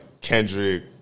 Kendrick